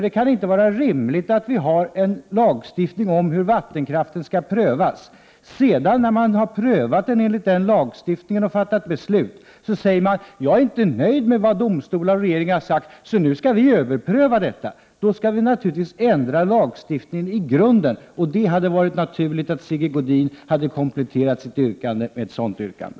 Det kan ju inte vara rimligt att ha en lagstiftning om hur vattenkraftsutbyggnaden skall prövas som leder till att när ärenden prövats i enlighet med denna lagstiftning och beslut har fattats några säger: Jag är inte nöjd med vad domstolar och regering har sagt, så nu skall vi överpröva ärendet. I så fall skall vi självfallet i grunden ändra lagstiftningen. Det hade varit naturligt att Sigge Godin kompletterat sitt yrkande med ett sådant yrkande.